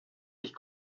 sich